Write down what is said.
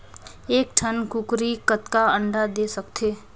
एक ठन कूकरी कतका अंडा दे सकथे?